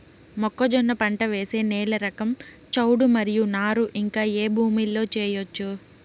మొక్కజొన్న పంట వేసే నేల రకం చౌడు మరియు నారు ఇంకా ఏ భూముల్లో చేయొచ్చు?